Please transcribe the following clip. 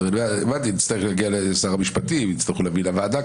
הבנתי שיצטרך להגיע לשר המשפטים ויצטרכו להביא לוועדה,